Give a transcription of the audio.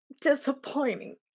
disappointing